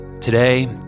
Today